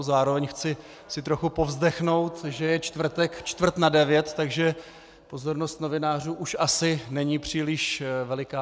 Zároveň si chci trochu povzdechnout, že je čtvrtek čtvrt na devět, takže pozornost novinářů už asi není příliš veliká.